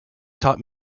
taught